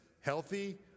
healthy